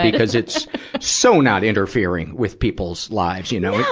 because it's so not interfering with people's lives, you know. yeah